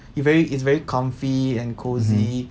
it very it's very comfy and cosy